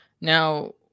Now